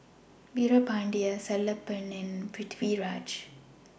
Veerapandiya Sellapan and Pritiviraj